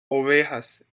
ovejas